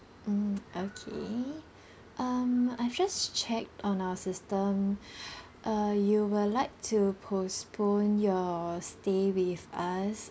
mm okay um I've just checked on our system uh you will like to postpone your stay with us